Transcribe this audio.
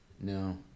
no